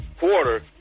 quarter